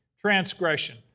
transgression